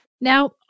Now